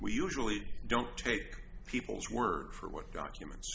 we usually don't take people's word for what documents